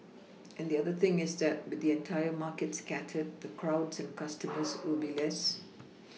and the other thing is that with the entire market scattered the crowds and customers will be less